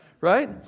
right